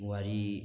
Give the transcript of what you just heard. ꯋꯥꯔꯤ